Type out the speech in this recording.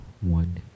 One